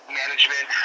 management